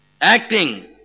acting